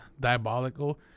diabolical